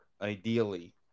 ideally